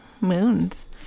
Moons